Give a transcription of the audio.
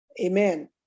amen